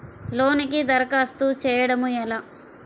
లోనుకి దరఖాస్తు చేయడము ఎలా?